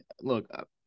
look